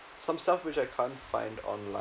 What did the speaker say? some stuff which I can't find online